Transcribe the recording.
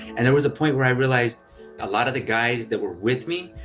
and there was a point where i realized a lot of the guys that were with me,